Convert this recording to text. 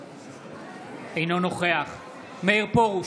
אינו נוכח מאיר פרוש,